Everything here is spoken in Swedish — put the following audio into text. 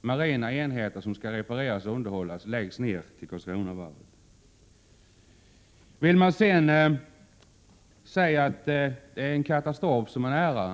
marina enheter, som skall reparera§ och underhållas, blir placerade vid Karlskronavarvet. Vill man sedan säga att en katastrof är nära, så vet jag inte hur man Prot.